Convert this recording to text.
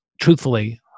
truthfully